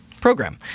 program